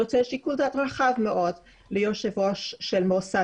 הוא נותן שיקול דעת רחב מאוד ליושב ראש של מוסד